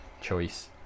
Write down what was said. choice